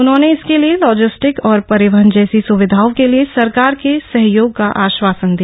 उन्होंने इसके लिए लॉजिस्टिक और परिवहन जैसी स्विधाओं के लिए सरकार के सहयोग का आश्वासन दिया